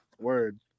Word